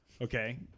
Okay